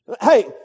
Hey